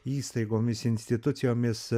įstaigomis institucijomis